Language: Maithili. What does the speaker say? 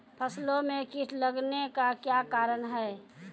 फसलो मे कीट लगने का क्या कारण है?